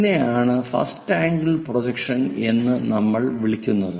ഇതിനെ ആണ് first angle projection എന്ന് നമ്മൾ വിളിക്കുന്നത്